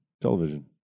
television